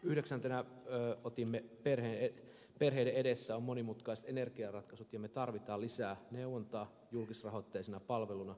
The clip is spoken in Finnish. yhdeksäntenä otimme esille sen että perheillä on edessään monimutkaiset energiaratkaisut ja me tarvitsemme lisää neuvontaa julkisrahoitteisena palveluna